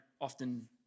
often